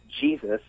Jesus